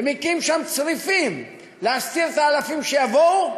ומקים שם צריפים להסתיר את האלפים שיבואו,